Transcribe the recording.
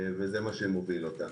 זה מה שאנו עושים וזה מה שמוביל אותנו.